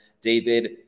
David